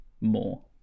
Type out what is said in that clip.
more